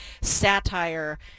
satire